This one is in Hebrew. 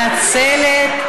אני מתנצלת.